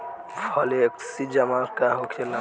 Flexi जमा का होखेला?